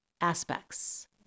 aspects